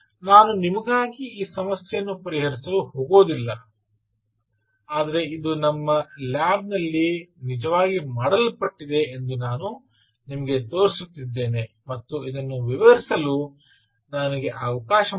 ನಾನು ನಿಮಗಾಗಿ ಈ ಸಮಸ್ಯೆಯನ್ನು ಪರಿಹರಿಸಲು ಹೋಗುವುದಿಲ್ಲ ಆದರೆ ಇದು ನಮ್ಮ ಲ್ಯಾಬ್ ನಲ್ಲಿ ನಿಜವಾಗಿ ಮಾಡಲ್ಪಟ್ಟಿದೆ ಎಂದು ನಾನು ನಿಮಗೆ ತೋರಿಸುತ್ತಿದ್ದೇನೆ ಮತ್ತು ಇದನ್ನು ವಿವರಿಸಲು ನನಗೆ ಅವಕಾಶ ಮಾಡಿಕೊಡಿ